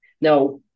Now